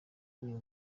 uyu